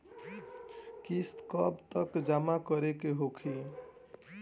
किस्त कब तक जमा करें के होखी?